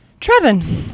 Trevin